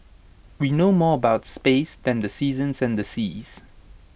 we know more about space than the seasons and the seas